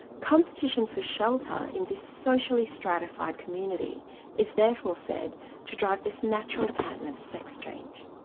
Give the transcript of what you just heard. competition for shelter in this socially stratified community is therefore said to drive this natural pattern of sex change.